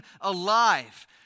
alive